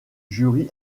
jury